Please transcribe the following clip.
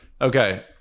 Okay